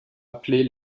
appeler